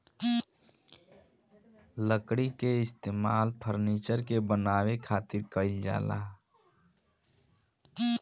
लकड़ी के इस्तेमाल फर्नीचर के बानवे खातिर कईल जाला